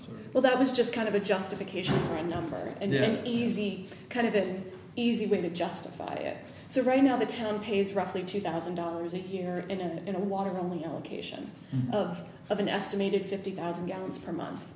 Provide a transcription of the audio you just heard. provide well that was just kind of a justification for a number and then easy kind of an easy way to justify it so right now the town pays roughly two thousand dollars a year and the water only allocation of of an estimated fifty thousand gallons per month